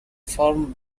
from